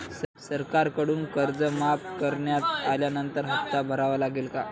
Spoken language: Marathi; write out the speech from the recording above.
सरकारकडून कर्ज माफ करण्यात आल्यानंतर हप्ता भरावा लागेल का?